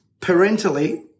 parentally